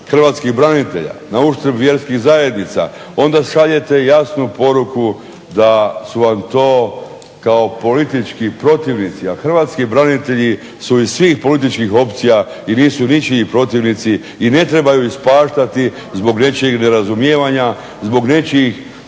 hrvatskih branitelja, na uštrb vjerskih zajednica onda šaljete jasnu poruku da su vam to kao politički protivnici. A hrvatski branitelji su iz svih političkih opcija i nisu ničiji protivnici i ne trebaju ispaštati zbog nečijeg nerazumijevanja, zbog nečijih